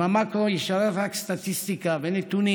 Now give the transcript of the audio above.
אם המקרו ישרת רק סטטיסטיקה ונתונים